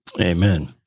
Amen